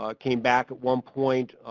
ah came back at one point,